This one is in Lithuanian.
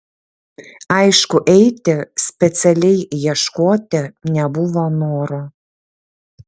aišku eiti specialiai ieškoti nebuvo noro